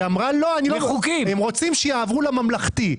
היא אמרה: לא, רוצים שהם יעברו לממלכתי.